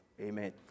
Amen